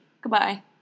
Goodbye